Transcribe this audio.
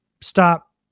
stop